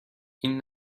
این